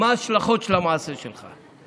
מה ההשלכות של המעשה שלך.